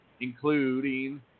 Including